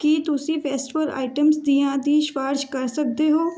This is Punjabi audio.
ਕੀ ਤੁਸੀਂ ਬੈਸਟਫੁੱਲ ਆਈਟਮਸ ਦੀਆਂ ਦੀ ਸਿਫਾਰਸ਼ ਕਰ ਸਕਦੇ ਹੋ